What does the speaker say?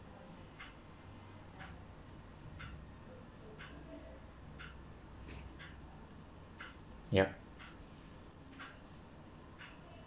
yup